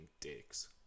dicks